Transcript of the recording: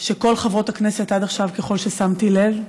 שכל חברות הכנסת עד עכשיו, ככל ששמתי לב,